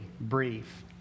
brief